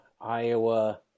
Iowa